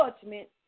judgment